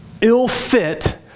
ill-fit